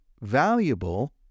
valuable